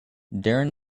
darren